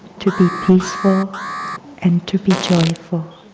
to be peaceful and to be joyful.